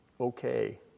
okay